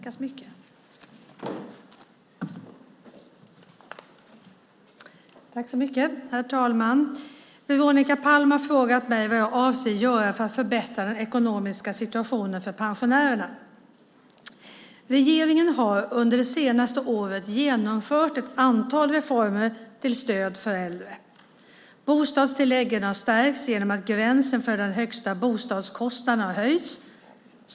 Herr talman! Veronica Palm har frågat mig vad jag avser att göra för att förbättra den ekonomiska situationen för pensionärerna. Regeringen har under det senaste året genomfört ett antal reformer till stöd för äldre. Bostadstilläggen har stärkts genom att gränsen för den högsta bostadskostnaden har höjts.